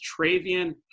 Travian